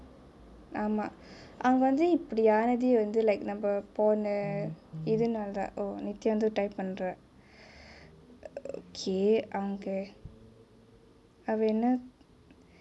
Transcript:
ஆமா அவங்கே வந்து இப்டியானதே வந்து:aama avangae vanthu ipdiaanathae vanthu like நம்ம போன இதுனாலேதா:namma pone ithunaalethaa oh nithiyaa type பண்றா:panraa okay அவங்கே அவ என்ன:avangae ava enna